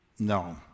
No